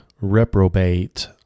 reprobate